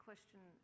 question